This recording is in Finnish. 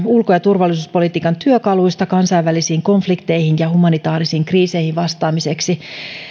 ulko ja turvallisuuspolitiikan työkaluista kansainvälisiin konflikteihin ja humanitaarisiin kriiseihin vastaamiseksi